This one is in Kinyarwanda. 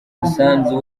umusanzu